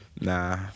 Nah